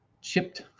chipped